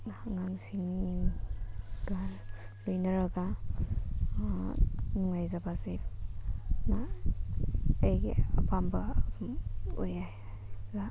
ꯑꯉꯥꯡꯁꯤꯡꯒ ꯂꯣꯏꯅꯔꯒ ꯅꯨꯉꯥꯏꯖꯕꯁꯤꯅ ꯑꯩꯒꯤ ꯑꯄꯥꯝꯕ ꯑꯗꯨꯝ ꯑꯣꯏꯌꯦ ꯑꯗꯨꯒ